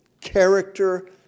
Character